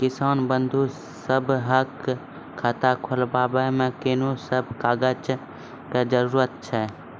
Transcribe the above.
किसान बंधु सभहक खाता खोलाबै मे कून सभ कागजक जरूरत छै?